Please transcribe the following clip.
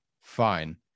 Fine